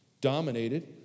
dominated